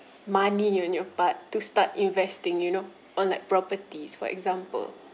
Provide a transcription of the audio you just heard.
money on your part to start investing you know on like properties for example